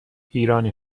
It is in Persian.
ایرانی